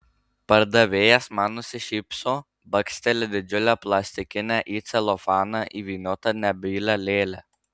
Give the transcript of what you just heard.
pardavėjas man nusišypso baksteli didžiulę plastikinę į celofaną įvyniotą nebylią lėlę